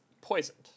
poisoned